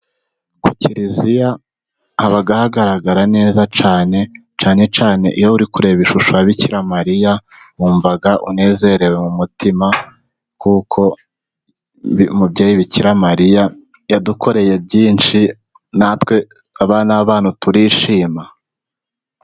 Ku kiliziya haba hagaragara neza cyane, cyane cyane iyo uri kureba ishusho ya bikiramariya, wumva unezerewe mu mutima kuko umubyeyi bikiramariya yadukoreye byinshi, natwe abana b'abantu turishima.